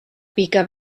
pica